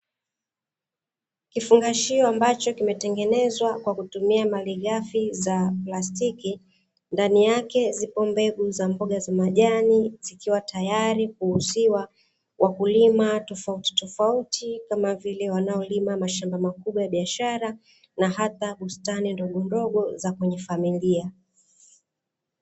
Kifungashio ambacho kimetengenezwa kwa kutumia malighafi za plastiki ndani yake zipo mbegu za mboga za majani, zikiwa tayari kuuziwa wakulima tofautitofauti kama vile wanaolima mashamba makubwa ya biashara, na hata bustani ndogondogo za kwenye familia.